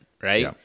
right